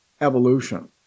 evolution